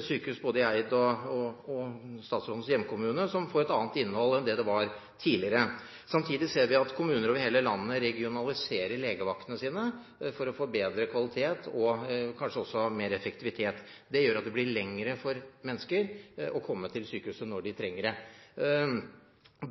sykehus både i Eid og i statsrådens hjemkommune, får sykehusene et annet innhold enn de hadde tidligere. Samtidig ser vi at kommuner over hele landet regionaliserer legevaktene sine for å få bedre kvalitet og kanskje også mer effektivitet. Det gjør at menneskene får lengre vei til sykehuset når de trenger det.